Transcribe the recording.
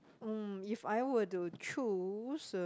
mm if I were to choose uh